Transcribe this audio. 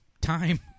time